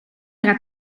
era